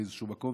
באיזשהו מקום,